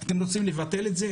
אתם רוצים לבטל את זה?